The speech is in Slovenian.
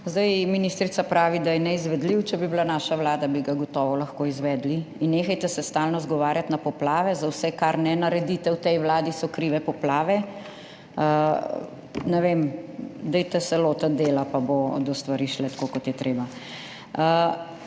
temo. Ministrica pravi, da je neizvedljiv. Če bi bila naša vlada, bi ga gotovo lahko izvedli. Nehajte se stalno izgovarjati na poplave! Za vse, kar ne naredite v tej vladi, so krive poplave. Ne vem, lotite se dela, pa bodo stvari šle tako, kot je treba.